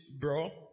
bro